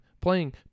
playing